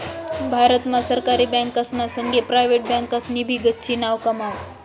भारत मा सरकारी बँकासना संगे प्रायव्हेट बँकासनी भी गच्ची नाव कमाव